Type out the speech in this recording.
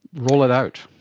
roll it out.